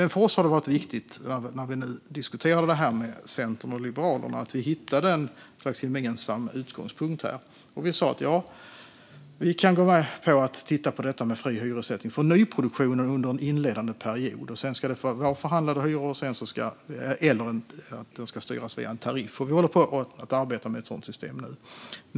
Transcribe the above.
När vi diskuterade detta med Centern och Liberalerna var det viktigt för oss att hitta en gemensam utgångspunkt. Vi sa att vi kunde gå med på att titta på fri hyressättning för nyproduktionen under en inledande period; sedan ska det vara förhandlade hyror eller styras via en tariff. Vi håller på att arbeta med ett sådant system nu.